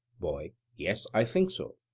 boy yes i think so.